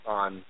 on –